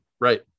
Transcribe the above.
Right